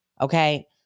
Okay